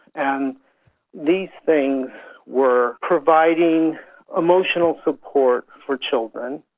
and these things were providing emotional support for children,